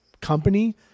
company